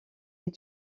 est